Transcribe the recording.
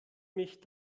mich